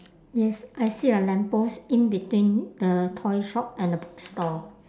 yes I see a lamppost in between the toy shop and the bookstore